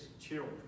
children